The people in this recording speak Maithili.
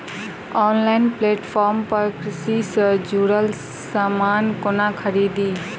ऑनलाइन प्लेटफार्म पर कृषि सँ जुड़ल समान कोना खरीदी?